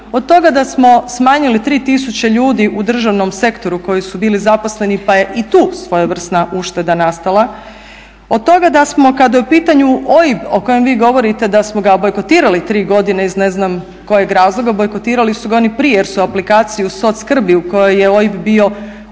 od toga da smo smanjili 3000 ljudi u državnom sektoru koji su bili zaposleni pa je i tu svojevrsna ušteda nastala; od toga da smo kada je u pitanju OIB o kojem vi govorite da smo ga bojkotirali tri godine iz ne znam kojem razloga. Bojkotirali su ga oni i prije jer su aplikaciju soc.skrbi u kojoj je OIB bio